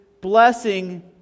blessing